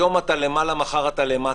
היום אתה למעלה מחר אתה למטה.